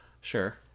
Sure